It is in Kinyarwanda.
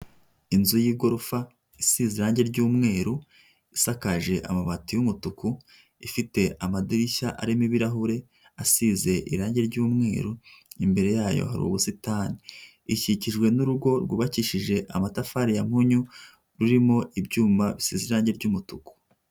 Inzu y'igorofa isize irangi ry'umweru isakaje amabati y'umutuku ifite amadirishya arimo ibirahure asize irangi ry'umweru imbere yayo hari ubusitani ikikijwe n'urugo rwubakishije amatafari ya munyu rurimo ibyuma bisize irangi ry'umutuku.